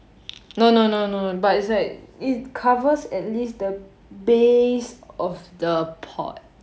no no no no but it's said it covers at least the base of the port